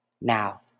Now